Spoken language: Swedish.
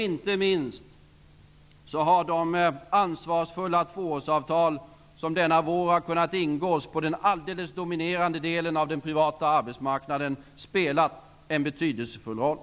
Inte minst har de ansvarsfulla tvåårsavtal som denna vår har ingåtts på den helt dominerande delen av den privata arbetsmarknaden spelat en betydelsfull roll.